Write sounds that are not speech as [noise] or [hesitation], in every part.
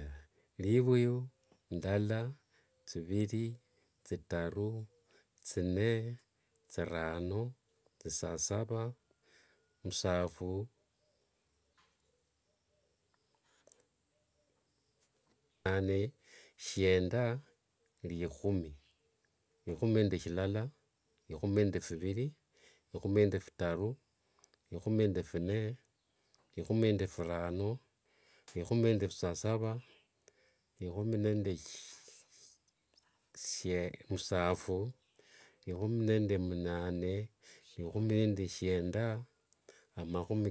[hesitation] livuyu, ndala, thiviri, thitaru, thine, thirano, musasasava, musaphu, munane, shienda, likhumi. Likhumi nende shilala, likhumi nde phitaru, likhumi nde phitaru, likhumi nde phine, likhumi nde phirano, likhumi nde phisasava likhumi nde [hesitation] musaphu, likhumi nde mumane likhumi nde shienda amakhumi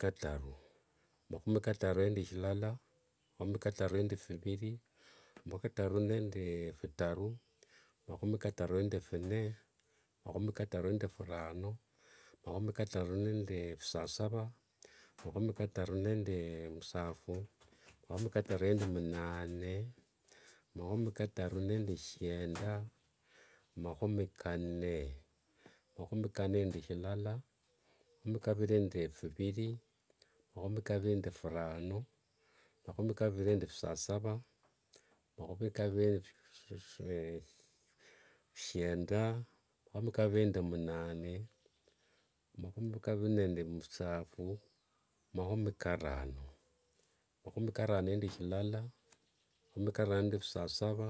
kataru. Amakhumi kataru nde shilala, makhumi kataru nde phiviri, makhumi kataru nende [hesitation] phitaru, makhumi kataru nde phine, makhumi kataru nde phirano, makhumi kataru nende musasasava, makhumi kataru nde musaphu, [noise] makhumi kataru nde munane [noise] makhumi kataru nde shienda [noise] makhumi kanne nde shilala, makhumi kaviri nde phiviri makhumi kaviri nde phirano makhumi kaviri nde phisasava makhumi kaviri [hesitation] shienda, makhumi kaviri nde munane makhumi kaviri nde musaphu makhumi karano. Makhumi karano nde shilala makhumi karano nde phisasava.